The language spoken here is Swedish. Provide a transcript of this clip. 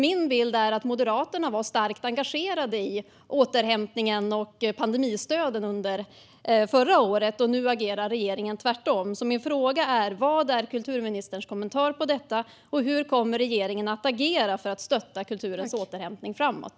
Min bild är att Moderaterna var starkt engagerade i återhämtningen och pandemistöden under förra året, men nu agerar regeringen som sagt tvärtom. Vad är kulturministerns kommentar till detta, och hur kommer regeringen att agera för att stötta kulturens återhämtning framåt?